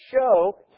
show